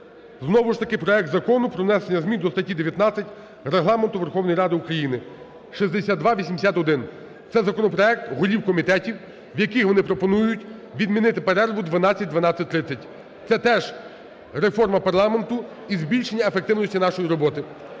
знову ж таки проект Закону про внесення зміни до статті 19 Регламенту Верховної Ради України (6281). Це законопроект голів комітетів, в якому вони пропонують відмінити перерву 12-12.30. Це теж реформа парламенту і збільшення ефективності нашої роботи.